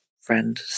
friend